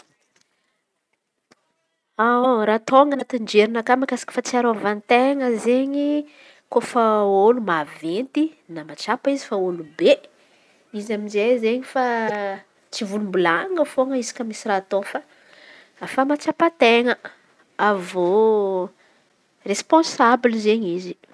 Raha tônga anaty jerinakà mahakasika fahatsiarovan-ten̈a izen̈y, Kôfa olo maventy na mahatsapa izy fa olo be. Izy amizay izen̈y fa tsy volambolan̈inao fô izy kôfa misy raha ataô fa efa mahatsapa ten̈a avy eô respaonsable izen̈y izy